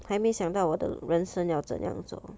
还没想到我的人生要怎样走